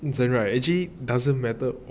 actually it doesn't matter